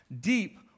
deep